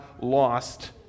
lost